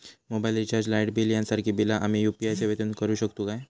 Mobile recharge, light bill यांसारखी बिला आम्ही यू.पी.आय सेवेतून करू शकतू काय?